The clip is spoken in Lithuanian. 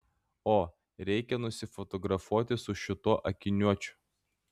o reikia nusifotografuoti su šituo akiniuočiu